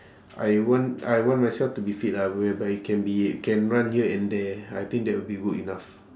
I want I want myself to be fit lah whereby it can be can run here and there I think that will be good enough